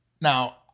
Now